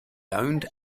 owned